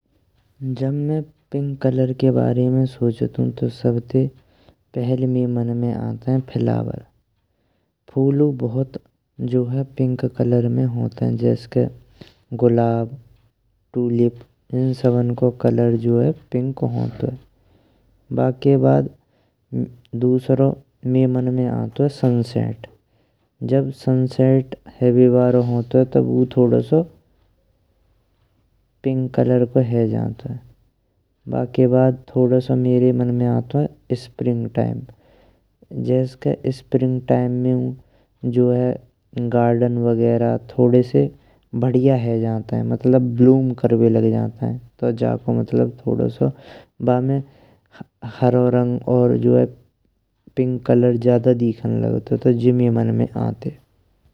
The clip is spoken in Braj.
जब मी पिंक कलर के बारे में सोचन्तु तो सबसे पहिले मइये मन में आतें फुलावर फुलहुये बहुतु जो है पिंक कलर में होतेये। जैस के गुलाब ट्यूलिप इन सबनो को कलर जो है पिंक होतेये। बाके बाद दूसरो मइये मन में आतुये सनसेट जब सनसेट हैबे बयो होतेये तो बयू पिंक कलर को है जानतुये। बाके बाद थोड़ो सो मेरे मन में आंतुये स्प्रिंग टाइम जैस के स्प्रिंग टाइम मियु गार्डन वगेरा थोड़े से बढ़िया है जानते मतलब ब्लूम करवे लग जानतेये। जाको मतलब बमे थोड़ो सो हरों रंग और पिंक कलर ज्यादा दिखन लगतन तो जी मिये मन में आन्तेये।